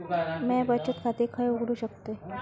म्या बचत खाते खय उघडू शकतय?